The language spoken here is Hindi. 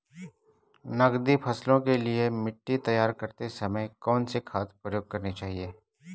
नकदी फसलों के लिए मिट्टी तैयार करते समय कौन सी खाद प्रयोग करनी चाहिए?